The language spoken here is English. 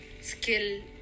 skill